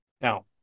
Now